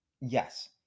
Yes